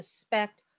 suspect